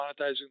monetizing